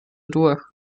durch